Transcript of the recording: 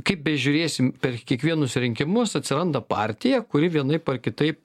kaip bežiūrėsim per kiekvienus rinkimus atsiranda partija kuri vienaip ar kitaip